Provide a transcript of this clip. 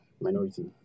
minority